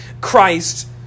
Christ